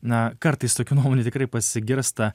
na kartais tokių nuomonių tikrai pasigirsta